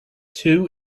two